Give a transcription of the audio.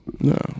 No